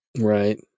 Right